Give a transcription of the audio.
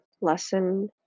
lesson